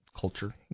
culture